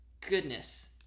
goodness